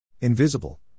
invisible